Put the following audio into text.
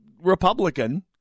Republican